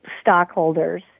stockholders